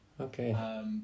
Okay